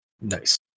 Nice